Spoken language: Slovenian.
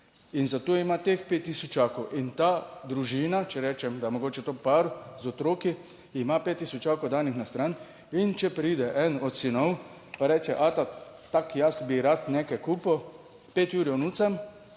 in zato ima teh pet tisočakov in ta družina, če rečem, da je mogoče to par z otroki, ima pet tisočakov danih na stran. In če pride en od sinov, pa reče ata, tako, jaz bi rad nekaj kupil, pet jurjev